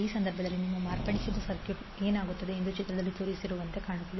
ಆ ಸಂದರ್ಭದಲ್ಲಿ ನಿಮ್ಮ ಮಾರ್ಪಡಿಸಿದ ಸರ್ಕ್ಯೂಟ್ ಏನಾಗುತ್ತದೆ ಎಂದು ಚಿತ್ರದಲ್ಲಿ ತೋರಿಸಿರುವಂತೆ ಕಾಣುತ್ತದೆ